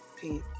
Pete